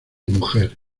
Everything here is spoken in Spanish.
mujer